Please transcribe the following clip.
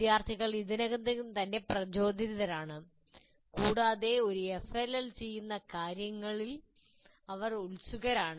വിദ്യാർത്ഥികൾ ഇതിനകം തന്നെ പ്രചോദിതരാണ് കൂടാതെ ഒരു FLL ചെയ്യുന്ന കാര്യങ്ങളിൽ അവർ ഉത്സുകരാണ്